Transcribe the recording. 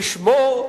לשמור,